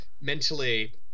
mentally